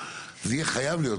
זה יהיה חייב להיות.